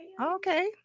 Okay